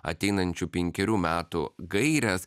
ateinančių penkerių metų gairės